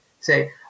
say